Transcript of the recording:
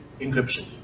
encryption